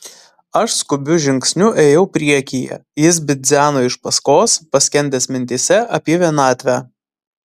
aš skubiu žingsniu ėjau priekyje jis bidzeno iš paskos paskendęs mintyse apie vienatvę